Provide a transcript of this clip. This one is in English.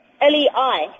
L-E-I